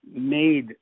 made –